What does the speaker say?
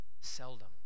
seldom